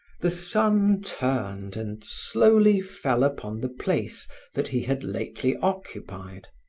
the sun turned, and slowly fell upon the place that he had lately occupied.